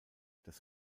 das